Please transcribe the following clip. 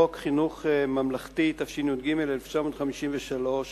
חבר הכנסת מיכאל בן-ארי וחבר הכנסת מולה,